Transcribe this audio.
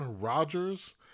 Rogers